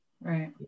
Right